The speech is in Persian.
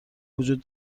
وجود